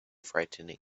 frightening